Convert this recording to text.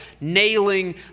nailing